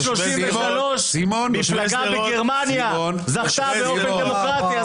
1933 מפלגה בגרמניה זכתה באופן דמוקרטי.